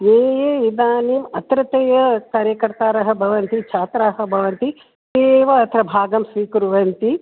ये ये इदानीम् अत्रत्याः कार्यकर्तारः भवन्ति छात्राः भवन्ति ते एव अत्र भागं स्वीकुर्वन्ति